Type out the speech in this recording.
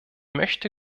möchte